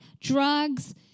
drugs